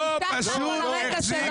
נשכח את הרקע שלו,